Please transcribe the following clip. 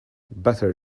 better